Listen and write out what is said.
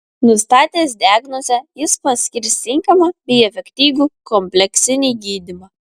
nustatęs diagnozę jis paskirs tinkamą bei efektyvų kompleksinį gydymą